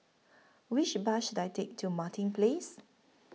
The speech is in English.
Which Bus should I Take to Martin Place